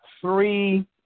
three